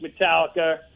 Metallica